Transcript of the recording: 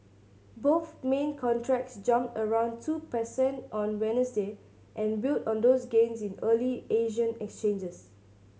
both main contracts jumped around two percent on Wednesday and built on those gains in early Asian exchanges